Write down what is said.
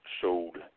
sold